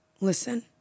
listen